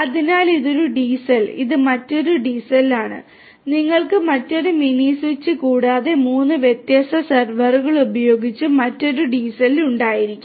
അതിനാൽ ഇത് ഒരു DCell ഇത് മറ്റൊരു DCell ആണ് നിങ്ങൾക്ക് മറ്റൊരു മിനി സ്വിച്ച് കൂടാതെ മൂന്ന് വ്യത്യസ്ത സെർവറുകൾ ഉപയോഗിച്ച് മറ്റൊരു DCell ഉണ്ടായിരിക്കാം